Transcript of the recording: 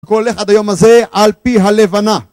קולך עד היום הזה על פי הלבנה.